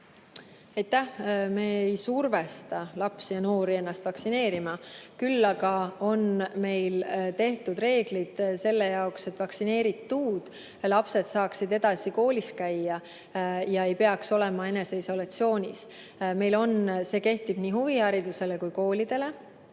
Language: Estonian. Me ei survesta lapsi ja noori ennast vaktsineerima, küll aga on meil tehtud reeglid selle jaoks, et vaktsineeritud lapsed saaksid edasi koolis käia ja ei peaks olema eneseisolatsioonis. See kehtib nii huvihariduses kui ka koolides.